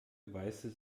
weiße